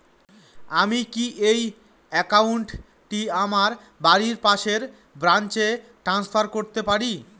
আমি কি এই একাউন্ট টি আমার বাড়ির পাশের ব্রাঞ্চে ট্রান্সফার করতে পারি?